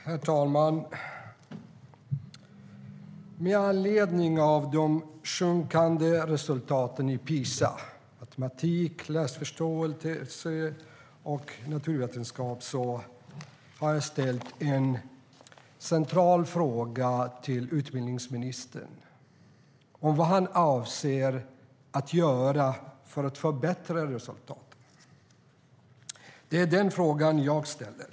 Herr talman! Med anledning av de sjunkande PISA-resultaten i matematik, läsförståelse och naturvetenskap har jag ställt en central fråga till utbildningsministern, nämligen vad han avser att göra för att förbättra resultaten. Det är den fråga jag ställer.